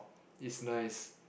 is nice